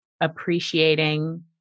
Appreciating